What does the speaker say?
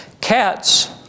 Cats